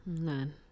none